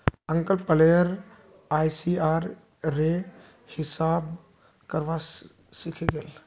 uncle player ICR रे हिसाब करवा सीखे गेल